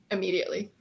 Immediately